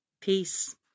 peace